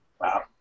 Wow